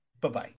Bye-bye